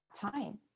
time